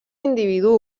individu